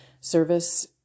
service